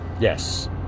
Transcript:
yes